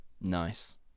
nice